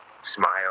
Smile